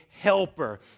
helper